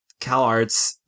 CalArts